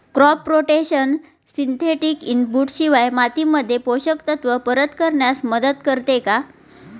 Crop rotation synthetic input शिवाय मातीमध्ये पोषक तत्त्व परत करण्यास मदत करते का?